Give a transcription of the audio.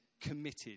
committed